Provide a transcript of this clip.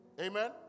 Amen